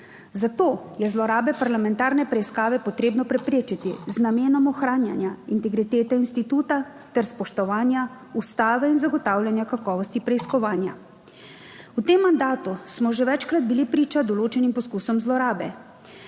Zato je zlorabe parlamentarne preiskave potrebno preprečiti z namenom ohranjanja integritete instituta ter spoštovanja Ustave in zagotavljanja kakovosti preiskovanja. V tem mandatu smo že večkrat bili priča določenim poskusom zlorabe